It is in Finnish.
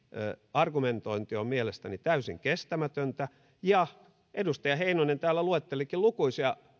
argumentointi on mielestäni täysin kestämätöntä ja edustaja heinonen täällä luettelikin lukuisia